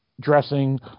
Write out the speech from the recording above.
dressing